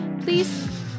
please